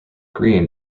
green